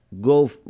go